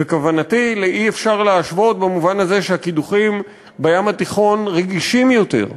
וכוונתי ל"אי-אפשר להשוות" במובן הזה שהקידוחים בים התיכון רגישים יותר,